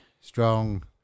strong